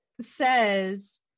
says